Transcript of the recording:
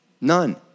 None